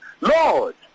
Lord